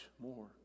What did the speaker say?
more